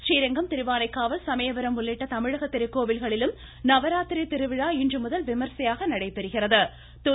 ஸரீரங்கம் திருவானைக்காவல் சமயபுரம் உள்ளிட்ட தமிழக திருக்கோவில்களிலும் நவராத்திரி திருவிழா இன்றுமுதல் விமர்சையாக நடைபெறுகிறது